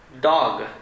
dog